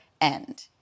end